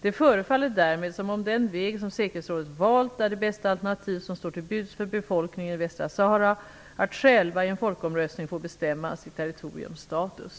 Det förefaller därmed som om den väg som säkerhetsrådet valt är det bästa alternativ som står till buds för befolkningen i Västra Sahara att själva i en folkomröstning få bestämma sitt territoriums status.